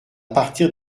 partir